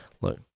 Look